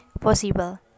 possible